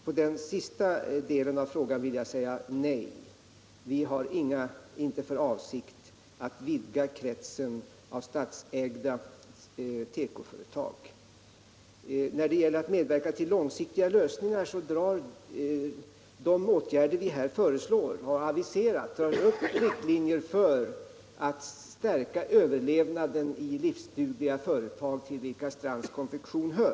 På den sista delen av frågan vill jag svara nej. Vi har inte för avsikt att vidga kretsen av statsägda tekoföretag. När det gäller långsiktiga lösningar ger de åtgärder vi har aviserat riktlinjer för att stärka möjligheterna till överlevnad för livsdugliga företag, till vilka Strands Konfektions AB hör.